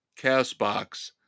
CastBox